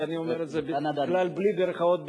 ואני אומר את זה בכלל בלי מירכאות,